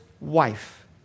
wife